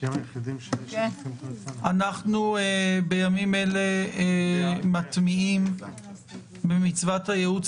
אנחנו בימים אלה מטמיעים במצוות הייעוץ